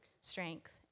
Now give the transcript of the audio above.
strength